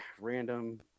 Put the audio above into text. random